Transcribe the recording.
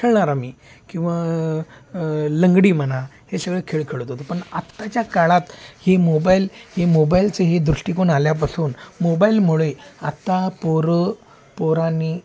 खेळणार आम्ही किंवा लंगडी म्हणा हे सगळे खेळ खेळत होतो पण आत्ताच्या काळात ही मोबाईल हे मोबाईलचं हे दृष्टिकोन आल्यापासून मोबाईलमुळे आत्ता पोरं पोरांनी